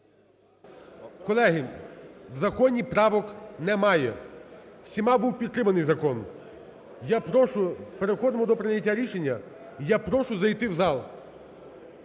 Колеги, в законі правок немає. Всіма був підтриманий закон. Я прошу, переходимо до прийняття рішення. І я прошу зайти в зал.